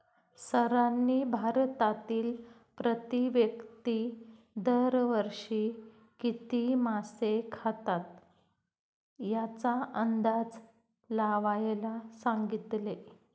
सरांनी भारतातील प्रति व्यक्ती दर वर्षी किती मासे खातात याचा अंदाज लावायला सांगितले?